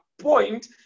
point